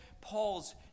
Paul's